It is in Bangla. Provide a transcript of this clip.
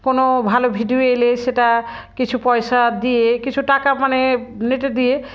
কোনো ভালো ভিডিও এলে সেটা কিছু পয়সা দিয়ে কিছু টাকা মানে নেটে দিয়ে